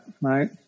right